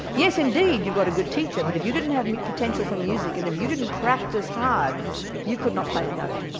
yes indeed you've got a good teacher but if you didn't have any potential for music and if you didn't practise hard you could not play a note.